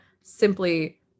simply